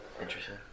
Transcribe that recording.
interesting